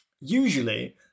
Usually